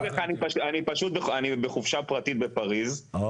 אני בחופשה פרטית בפריס,